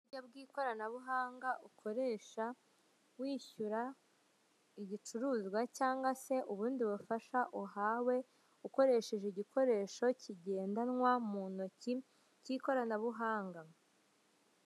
Uburyo bu ikoranabuhanga ukoresha wishyura igicuruzwa cyangwa se ubundi bufasha uhawe ukoresheje igikoresho kigendanwa mu ntoki k'ikoranabuhanga.